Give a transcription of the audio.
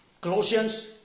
Colossians